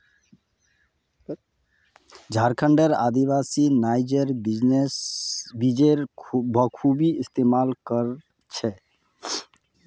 झारखंडेर आदिवासी नाइजर बीजेर बखूबी इस्तमाल कर छेक